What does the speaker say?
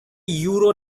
euro